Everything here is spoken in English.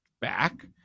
back